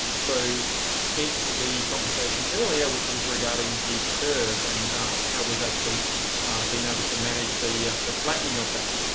so hence the conversation earlier which was regarding the curve and how we've actually been able to manage the yeah the flattening of that.